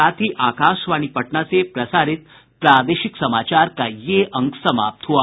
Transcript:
इसके साथ ही आकाशवाणी पटना से प्रसारित प्रादेशिक समाचार का ये अंक समाप्त हुआ